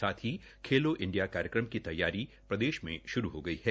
साथ ही खेलों इंडिया कार्यक्रम की तैयारी प्रदेश में शुरू हो गई है